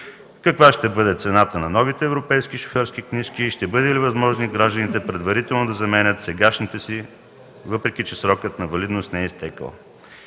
Каква ще бъде цената на новите европейски шофьорски книжки и ще бъде ли възможно гражданите предварително да заменят сегашните си, въпреки че срокът на валидност не е изтекъл?